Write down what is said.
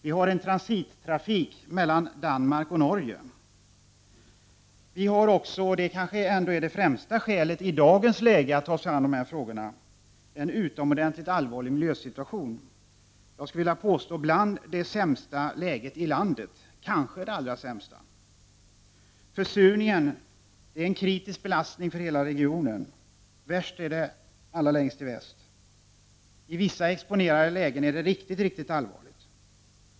Vi har en transittrafik mellan Danmark och Norge. Vi har också — och det är kanske det främsta skälet i dagens läge att ta sig an dessa frågor — en utomordentligt allvarlig miljösituation. Jag skulle vilja påstå att vi har bland de sämsta lägena i landet, kanske det allra sämsta. Försurningen har nått en kritisk belastning för hela regionen. Värst är det allra längst i väst. I vissa exponerade lägen är det riktigt allvarligt.